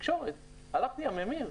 תקשורת הלך לי הממיר,